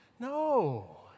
No